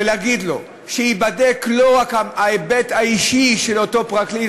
ויש להגיד לו שייבדק לא רק ההיבט האישי של אותו פרקליט,